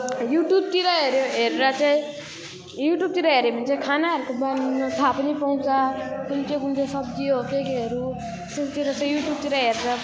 युट्युबतिर हेऱ्यो हेरेर चाहिँ युट्युबतिर हेऱ्यो भने चाहिँ खानाहरूको बारेमा थाहा पनि पाउँछ कुन चाहिँ कुनै चाहिँ सब्जी हो के केहरू तिलतिर त युट्युबतिर हेरेर